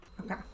okay